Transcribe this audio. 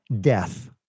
death